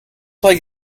like